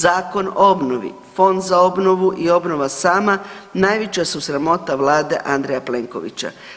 Zakon o obnovi, Fond za obnovu i obnova sama najveća su sramota vlade Andreja Plenkovića.